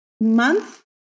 month